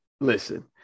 listen